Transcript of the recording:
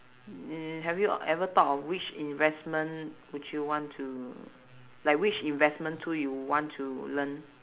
mm have you ever thought of which investment would you want to like which investment tool you want to learn